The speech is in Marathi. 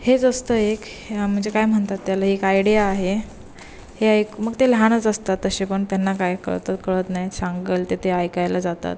हेच असतं एक म्हणजे काय म्हणतात त्याला एक आयडिया आहे हे ऐक मग ते लहानच असतात तसे पण त्यांना काय कळत कळत नाही सांगेल ते ते ऐकायला जातात